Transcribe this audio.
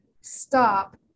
stop